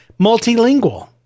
multilingual